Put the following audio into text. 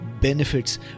benefits